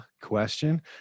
question